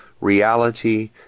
reality